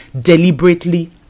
deliberately